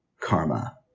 karma